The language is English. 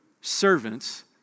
servants